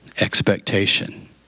expectation